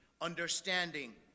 understanding